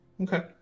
Okay